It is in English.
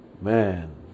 man